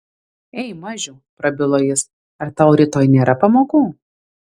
ei mažiau prabilo jis ar tau rytoj nėra pamokų